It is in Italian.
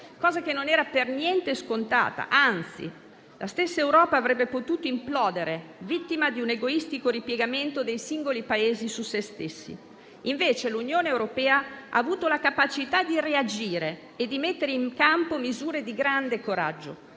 cosa che non era per niente scontata, anzi, la stessa Europa avrebbe potuto implodere, vittima di un egoistico ripiegamento dei singoli Paesi su se stessi. E invece l'Unione europea ha avuto la capacità di reagire e di mettere in campo misure di grande coraggio: